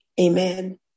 amen